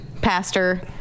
pastor